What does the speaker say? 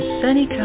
sunny